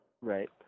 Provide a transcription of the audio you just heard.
right